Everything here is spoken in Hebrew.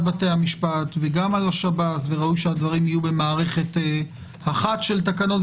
בתי המשפט וגם על השב"ס וראוי שהדברים יהיו במערכת אחת של תקנות.